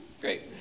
Great